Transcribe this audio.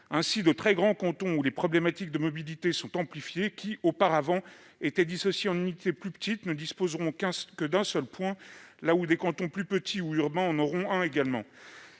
Ainsi, de très grands cantons, où les problématiques de mobilité sont amplifiées, qui, auparavant, étaient dissociées en unités plus petites, ne disposeront que d'un seul point, là ou des cantons plus petits ou urbains en auront un également.